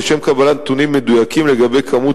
לשם קבלת נתונים מדויקים לגבי כמות